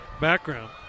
background